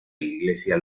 iglesia